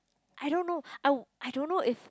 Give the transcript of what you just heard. I don't know ow~ I don't know if